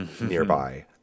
nearby